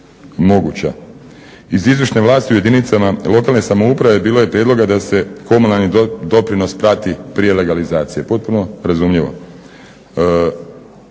Iz izvršne vlasti u jedinicama lokalne samouprave bilo je prijedloga da se komunalni doprinos prati prije legalizacije, potpuno razumljivo.